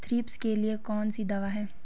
Thrips के लिए कौन सी दवा है?